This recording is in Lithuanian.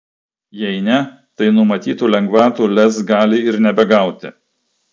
jei ne tai numatytų lengvatų lez gali ir nebegauti